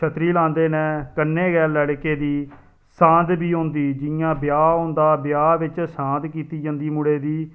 छतड़ी लांदे न कन्नै गै लड़के दी सांत बी होंदी जि'यां ब्याह् होंदा ब्याह् बिच सांत कीती जंदी मुड़े दी